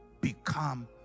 become